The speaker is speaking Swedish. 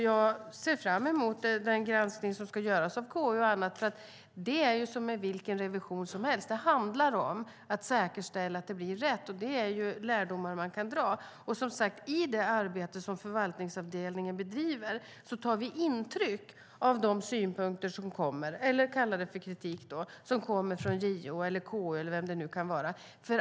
Jag ser fram emot den granskning som ska göras av KU och andra, för det är som med vilken revision som helst: Det handlar om att säkerställa att det blir rätt, och det är lärdomar man kan dra. I det arbete förvaltningsavdelningen driver tar vi som sagt intryck av de synpunkter - eller om man kallar det kritik - som kommer från JO, KU eller vem det nu kan vara.